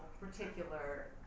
particular